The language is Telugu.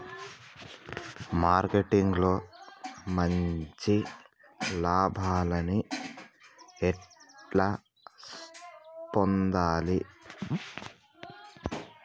మార్కెటింగ్ లో మంచి లాభాల్ని ఎట్లా పొందాలి?